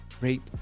rape